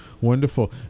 Wonderful